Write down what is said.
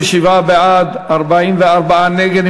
27 בעד, 44 נגד.